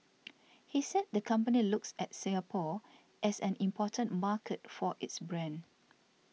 he said the company looks at Singapore as an important market for its brand